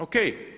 OK.